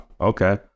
Okay